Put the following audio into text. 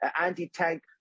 anti-tank